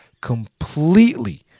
completely